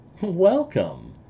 welcome